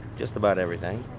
just about everything.